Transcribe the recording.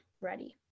ready